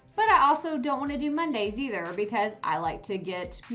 but i also don't want to do mondays either. because i like to get you